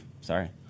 sorry